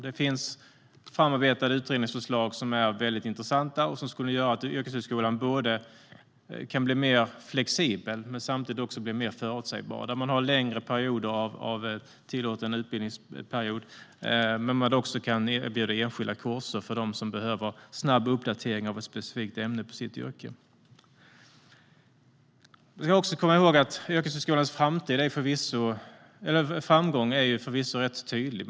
Det finns framarbetade utredningsförslag som är intressanta och som skulle göra att yrkeshögskolan kan bli både mer flexibel och samtidigt mer förutsägbar med längre utbildningsperiod och även erbjuda enskilda kurser för dem som behöver snabb uppdatering av ett specifikt ämne för sitt yrke. Yrkeshögskolans framgång är förvisso tydlig.